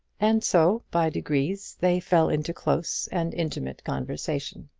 and so, by degrees, they fell into close and intimate conversation.